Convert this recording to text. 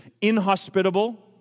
inhospitable